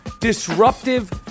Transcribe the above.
disruptive